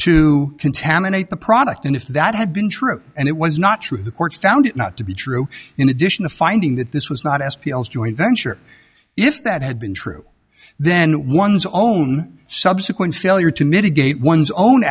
to contaminate the product and if that had been true and it was not true the courts found not to be true in addition to finding that this was not as peals joint venture if that had been true then one's own subsequent failure to mitigate one's own